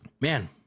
man